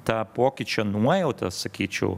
tą pokyčio nuojautą sakyčiau